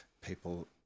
people